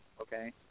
okay